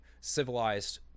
civilized